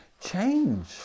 change